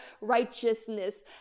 righteousness